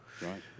Right